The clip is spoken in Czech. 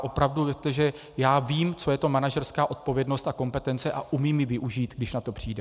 Opravdu vím, co je to manažerská odpovědnost a kompetence, a umím ji využít, když na to přijde.